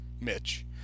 Mitch